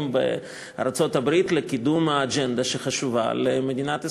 בארצות-הברית לקידום האג'נדה שחשובה למדינת ישראל.